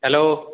hello